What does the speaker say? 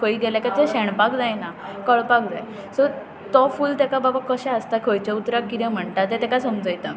खंय गेले काय ते शेणपाक जायना कळपाक जाय सो तो फूल तेका बाबा कशें आसता खंयच्या उतराक किदें म्हणटा तें ताका समजयता